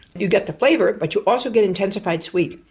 you get the flavour but you also get intensified sweet,